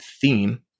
theme